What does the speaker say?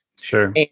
Sure